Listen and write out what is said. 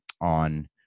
on